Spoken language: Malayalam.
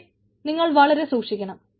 പക്ഷേ നിങ്ങൾ വളരെ സൂക്ഷിക്കണം